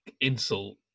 insult